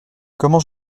comment